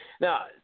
Now